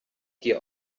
dir